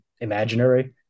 imaginary